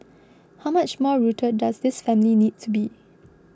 how much more rooted does this family need to be